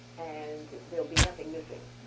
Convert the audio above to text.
and there will be nothing missing.